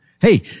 hey